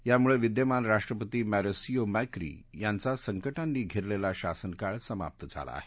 यामुळे विद्यमान राष्ट्रपती मॉरिसियो मैक्री यांचा संकटांनी घेरलेला शासनकाळ समाप्त झाला आहे